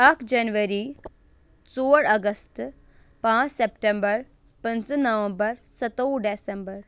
اَکھ جَنؤری ژور اگَستہٕ پانٛژھ سٮ۪پٹٮ۪مبَر پٕنٛژھٕ نومبر سَتووُہ ڈٮ۪سَمبر